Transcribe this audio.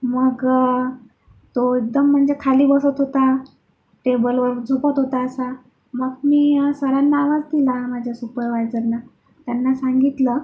मग तो एकदम म्हणजे खाली बसत होता टेबलवर झोपत होता असा मग मी सरांना आवाज दिला माझ्या सुपरवायाझरना त्यांना सांगितलं